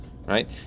right